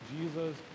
Jesus